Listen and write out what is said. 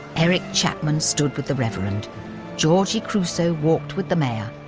eric chapman stood with the reverend georgie crusoe walked with the mayor.